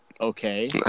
okay